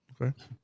Okay